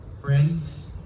Friends